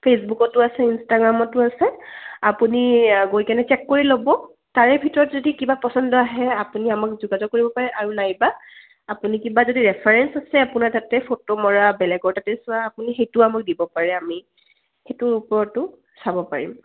ফেচবুকতো আছে ইনষ্টাগ্ৰামতো আছে আপুনি গৈকেনে চেক কৰি ল'ব তাৰে ভিতৰত যদি কিবা পচন্দ আহে আপুনি আমাক যোগাযোগ কৰিব পাৰে আৰু নাইবা আপুনি কিবা যদি ৰেফাৰেঞ্চ আছে আপোনাৰ তাতে ফটো মৰা বেলেগৰ তাতে চোৱা আপুনি সেইটো আমাক দিব পাৰে আমি সেইটোৰ ওপৰতো চাব পাৰিম